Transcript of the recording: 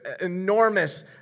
enormous